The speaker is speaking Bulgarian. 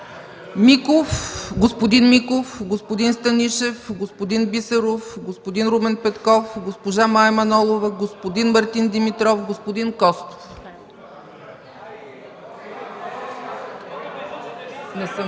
господин Миков, господин Станишев, господин Бисеров, господин Румен Петков, госпожа Мая Манолова, господин Мартин Димитров, господин Костов.